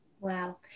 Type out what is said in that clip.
Wow